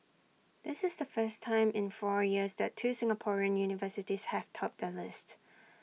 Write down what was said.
this is the first time in four years that two Singaporean universities have topped the list